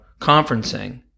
conferencing